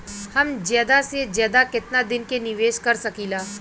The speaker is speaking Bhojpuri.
हम ज्यदा से ज्यदा केतना दिन के निवेश कर सकिला?